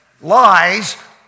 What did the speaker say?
lies